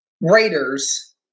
Raiders